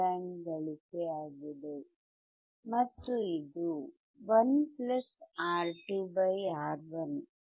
ಆದ್ದರಿಂದ ಇದು ವರ್ಧನೆಯೊಂದಿಗೆ ನನ್ನ ಸಕ್ರಿಯ ಹೈ ಪಾಸ್ ಫಿಲ್ಟರ್ ಆಗುತ್ತದೆ ವರ್ಧನೆ ಹೇಗಾಗುತ್ತದೆ